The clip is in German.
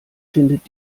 findet